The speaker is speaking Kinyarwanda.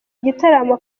gitaramo